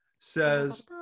says